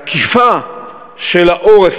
התקיפה של העורף,